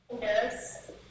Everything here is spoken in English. Yes